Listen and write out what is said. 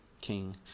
King